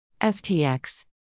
FTX